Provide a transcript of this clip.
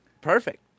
Perfect